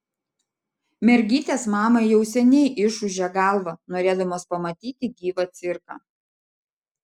mergytės mamai jau seniai išūžė galvą norėdamos pamatyti gyvą cirką